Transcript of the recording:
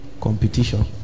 competition